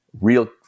real